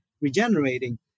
regenerating